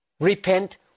Repent